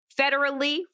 federally